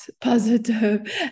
positive